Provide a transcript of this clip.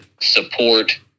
support